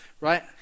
right